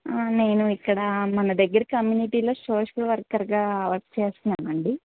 నేను ఇక్కడ మన దగ్గర కమ్యూనిటీలో సోషల్ వర్కర్గా వర్క్ చేస్తున్నామండి